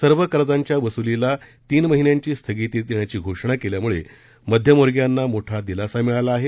सर्व कर्जाच्या वसूलीलाला तीन महिन्यांची स्थगिती देण्याची घोषणा केल्यामुळे मध्यमवर्गीयांना मोठा दिलासा मिळाला आहे